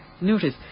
notice